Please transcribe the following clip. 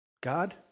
God